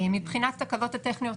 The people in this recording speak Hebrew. מבחינת תקלות טכניות,